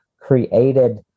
created